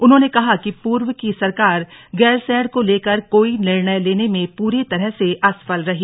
उन्होंने कहा कि पूर्व की सरकार गैरसैण को लेकर कोई निर्णय लेने में पूरी तरह से असफल रहीं